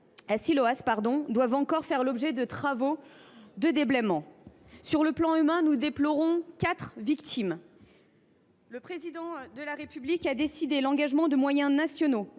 à Cilaos doivent encore faire l’objet de travaux de déblaiement. Sur le plan humain, nous déplorons quatre victimes. Le Président de la République a décidé l’engagement de moyens nationaux.